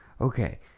Okay